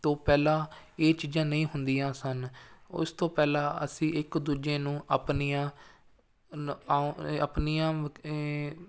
ਤੋਂ ਪਹਿਲਾਂ ਇਹ ਚੀਜ਼ਾਂ ਨਹੀਂ ਹੁੰਦੀਆਂ ਸਨ ਉਸ ਤੋਂ ਪਹਿਲਾਂ ਅਸੀਂ ਇੱਕ ਦੂਜੇ ਨੂੰ ਆਪਣੀਆਂ ਅਣ ਆਉ ਆਪਣੀਆਂ